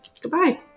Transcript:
goodbye